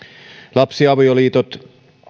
lapsiavioliitot